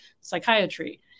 psychiatry